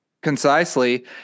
concisely